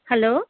hello